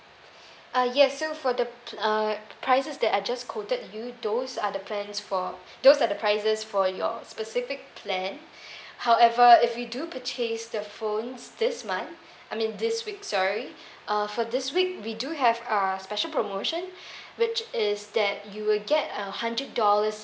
ah yes so for the uh prices that I just quoted you those are the plans for those are the prices for your specific plan however if you do purchase the phones this month I mean this week sorry uh for this week we do have uh special promotion which is that you will get a hundred dollars